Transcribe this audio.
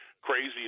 crazy